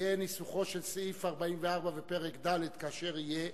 ויהיה ניסוחו של סעיף 44 בפרק ד' כאשר יהיה,